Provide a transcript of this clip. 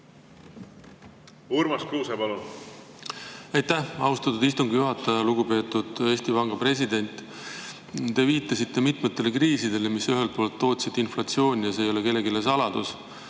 Urmas Kruuse, palun! Aitäh, austatud istungi juhataja! Lugupeetud Eesti Panga president! Te viitasite mitmetele kriisidele, mis tootsid inflatsiooni. See ei ole kellelegi saladus.